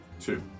Two